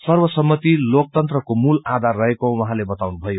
सर्वसम्मति लोकतन्त्रको मूल आधार रहेको उहाँले बताउनुभयो